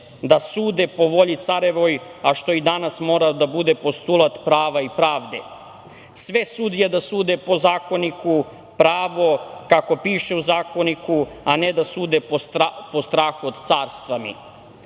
da sude po volji carevoj, a što bi i danas morao da bude postulat prava i pravde, sve sudije da sude po zakoniku, pravo kako piše u zakoniku, a ne da sude po strahu od carstva